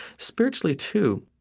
spiritually, too,